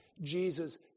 Jesus